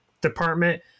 department